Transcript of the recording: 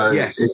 yes